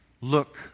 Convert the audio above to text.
Look